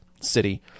city